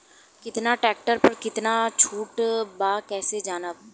कवना ट्रेक्टर पर कितना छूट बा कैसे जानब?